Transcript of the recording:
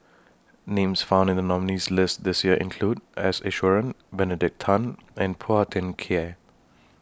Names found in The nominees' list This Year include S Iswaran Benedict Tan and Phua Thin Kiay